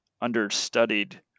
understudied